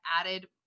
added